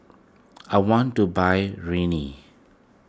I want to buy Rene